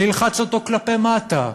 זה ילחץ אותו כלפי מטה.